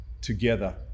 Together